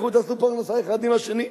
לכו תעשו פרנסה האחד עם השני.